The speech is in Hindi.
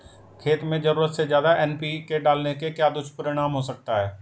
खेत में ज़रूरत से ज्यादा एन.पी.के डालने का क्या दुष्परिणाम हो सकता है?